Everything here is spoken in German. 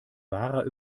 wahrer